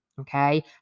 okay